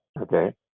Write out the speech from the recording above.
Okay